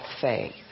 faith